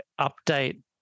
update